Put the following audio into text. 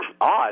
odd